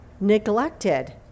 neglected